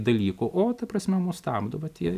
dalykų o ta prasme mus stabdo vat tie